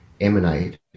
emanate